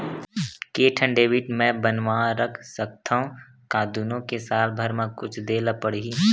के ठन डेबिट मैं बनवा रख सकथव? का दुनो के साल भर मा कुछ दे ला पड़ही?